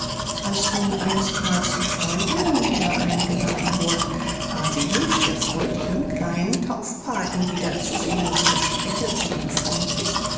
als nun einstmals die freundinnen wieder eingeladen wurden waren sie höchst erfreut ihren kleinen taufpathen wieder zu sehen und alle streichelten ihn freundlich